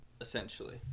essentially